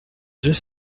deux